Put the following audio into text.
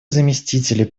заместителей